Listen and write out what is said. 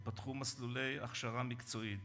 ייפתחו מסלולי הכשרה מקצועית,